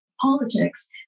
politics